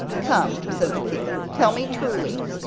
come, said the king, tell me truly.